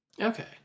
Okay